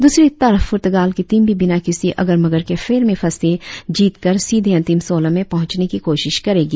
दूसरी तरफ पुर्तगाल की टीम भी बिना किसी अगर मगर के फेर में फंसे जीत दर्ज कर सीधे अंतिम सोलह में पहुचनी की कोशिश करेगी